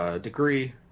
degree